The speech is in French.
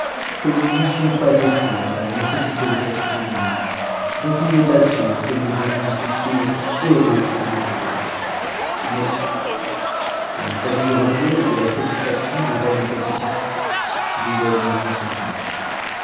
que nous n'eussions pas cte dans la nécessité de faire cette demande dont il n'est pas sûr que nons ayons un succès aussi heureux que nous le souhaiterions mais cohhuc il s'agit du repos et de la satisfaction du roi mon petit-fils j'y donne mon consentement